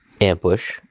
ambush